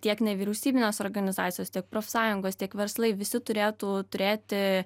tiek nevyriausybinės organizacijos tiek profsąjungos tiek verslai visi turėtų turėti